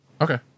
Okay